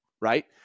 right